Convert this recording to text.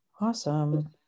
Awesome